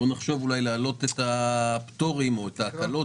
נחשוב להעלות את הפטורים או את ההקלות